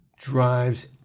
drives